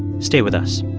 stay with us